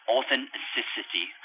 Authenticity